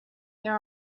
there